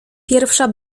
pierwsza